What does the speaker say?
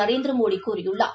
நரேந்திரமோடிகூறியுள்ளார்